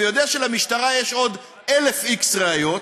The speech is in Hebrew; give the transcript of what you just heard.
ויודע שלמשטרה יש עוד x1,000 ראיות,